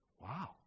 Wow